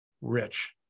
rich